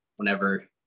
Whenever